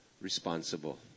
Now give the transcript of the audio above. responsible